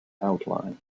outline